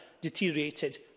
deteriorated